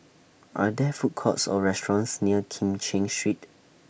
Are There Food Courts Or restaurants near Kim Cheng Street